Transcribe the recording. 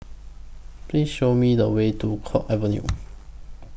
Please Show Me The Way to Kwong Avenue